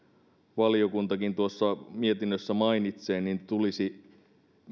valiokuntakin tuossa mietinnössä mainitsee tulisi